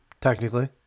technically